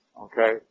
okay